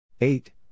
eight